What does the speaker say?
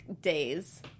days